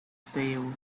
still